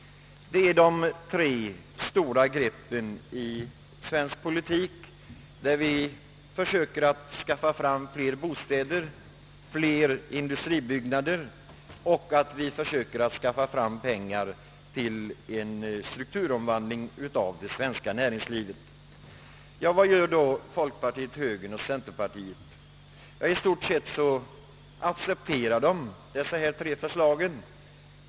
Det är de tre stora greppen i svensk politik. Genom dessa tre åtgärder vill vi försöka åstadkomma fler bostäder och industribyggnader och skaffa fram pengar till en strukturomvandling av det svenska näringslivet. Vad gör då högern, folkpartiet och centerpartiet? I stort sett accepterar man dessa tre förslag.